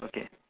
okay